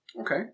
Okay